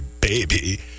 baby